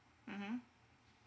mmhmm